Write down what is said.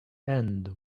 end